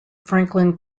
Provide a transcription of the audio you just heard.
franklin